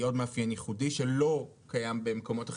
היא עוד מאפיין ייחודי שלא קיים במקומות אחרים.